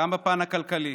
גם בפן הכלכלי.